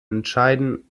entscheiden